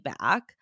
back